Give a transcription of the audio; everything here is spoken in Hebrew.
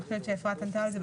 אני חושבת שאפרת ענתה על זה.